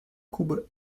кубы